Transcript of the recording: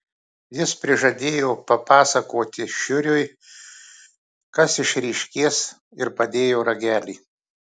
jis prižadėjo papasakoti šiuriui kas išryškės ir padėjo ragelį